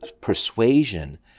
persuasion